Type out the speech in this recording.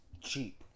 cheap